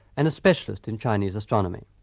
and a specialist in chinese astronomy.